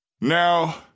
Now